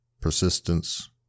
persistence